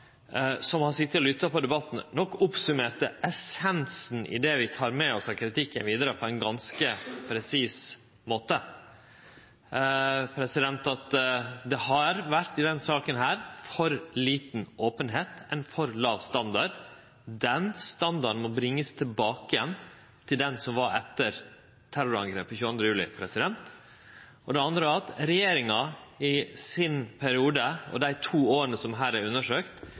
som har sete og lytta til debatten, nok oppsummerte essensen i det vi tek med oss av kritikken vidare, på ein ganske presis måte. Det har i denne saka vore for lite openheit, ein for låg standard. Den standarden må bringast tilbake til den som var etter terrorangrepet 22. juli. Og det andre er at regjeringa i sin periode og i dei to åra som her er